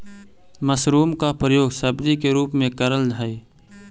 mushroom का प्रयोग सब्जी के रूप में करल हई